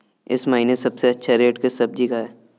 इस महीने सबसे अच्छा रेट किस सब्जी का है?